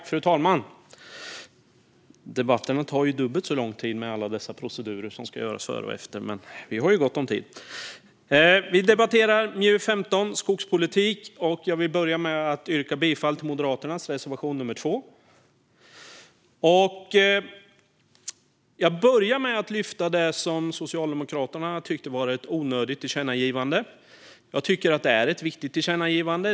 Fru talman! Debatterna tar dubbelt så lång tid med alla dessa smittskyddsprocedurer före och efter, men vi har ju gott om tid. Vi debatterar MJU15 Skogspolitik , och jag vill börja med att yrka bifall till Moderaternas reservation nummer 2. Jag vill också lyfta fram det som Socialdemokraterna tycker är ett onödigt tillkännagivande. Jag tycker att det är ett viktigt tillkännagivande.